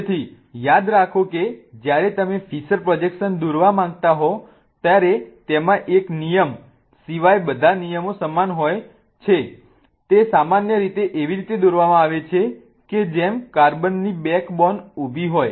તેથી યાદ રાખો કે જ્યારે તમે ફિશર પ્રોજેક્શન દોરવા માંગો છો ત્યારે ત્યાં એક નિયમ સિવાય બધા નિયમો સમાન હોય છે તે સામાન્ય રીતે એવી રીતે દોરવામાં આવે છે કે જેમ કાર્બન ની બેકબોન ઊભી હોય